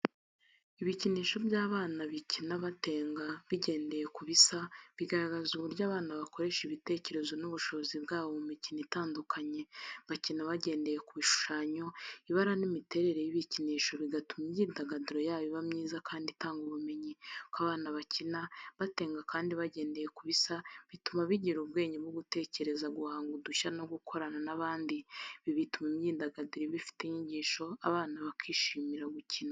Ibikinisho by’abana bikina batenga, bigendeye ku bisa, bigaragaza uburyo abana bakoresha ibitekerezo n’ubushobozi bwabo mu mikino itandukanye. Bakina bagendeye ku bishushanyo, ibara n’imiterere y’ibikinisho, bigatuma imyidagaduro yabo iba myiza kandi itanga ubumenyi. Uko abana bakina, batenga kandi bagendeye ku bisa, bituma bigira ubwenge bwo gutekereza, guhanga udushya no gukorana n’abandi. Ibi bituma imyidagaduro iba ifite inyigisho, abana bakishimira gukina.